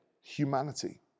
humanity